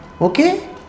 Okay